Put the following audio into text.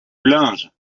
linge